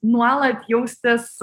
nuolat jaustis